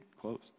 close